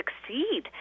succeed